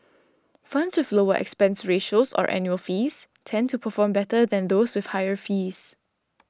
funds with lower expense ratios or annual fees tend to perform better than those with higher fees